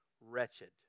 wretched